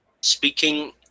speaking